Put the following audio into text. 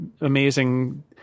amazing